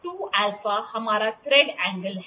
तो यह 2α हमारा थ्रेड एंगल है